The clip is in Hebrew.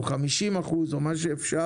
או 50% או מה שאפשר,